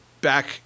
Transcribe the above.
back